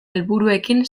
helburuekin